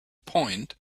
point